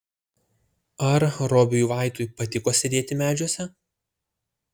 ar robiui vaitui patiko sėdėti medžiuose